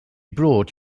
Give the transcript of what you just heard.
brought